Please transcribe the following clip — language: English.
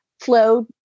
flow